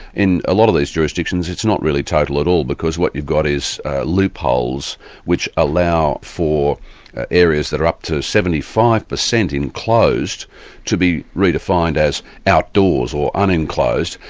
in a lot of these jurisdictions it's not really total at all because what you've got is loopholes which allow for areas that are up to seventy five percent enclosed to be redefined as outdoors, or uninclosed,